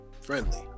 Friendly